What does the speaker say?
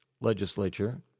legislature